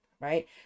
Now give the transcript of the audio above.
right